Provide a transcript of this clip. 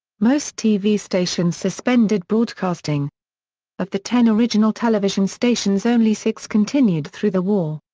most tv stations suspended broadcasting of the ten original television stations only six continued through the war.